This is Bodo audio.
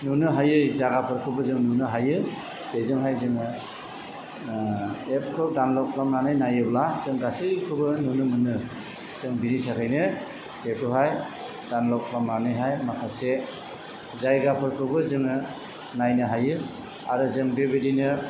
नुनो हायै जायगाफोरखौबो जों नुनो हायो बेजोंहाय जोङो एपस खौ डाउनलद खालामनानै नायोब्ला जों गासैखौबो नुनो मोनो जों बिनि थाखायनो बेखौहाय डाउनलद खालामनानैहाय माखासे जायगाफोरखौबो जोङो नायनो हायो आरो जों बेबायदिनो